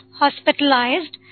hospitalized